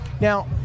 Now